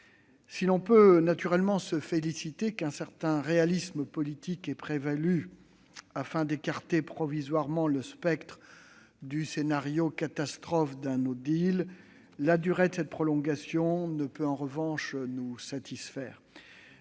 Si l'on peut naturellement se féliciter qu'un certain réalisme politique ait prévalu afin d'écarter provisoirement le spectre du scénario catastrophe d'un, la durée de cette prolongation ne peut, en revanche, nous satisfaire.